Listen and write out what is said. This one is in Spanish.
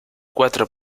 cuatro